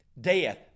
death